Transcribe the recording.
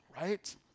Right